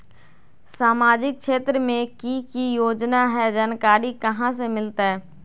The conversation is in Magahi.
सामाजिक क्षेत्र मे कि की योजना है जानकारी कहाँ से मिलतै?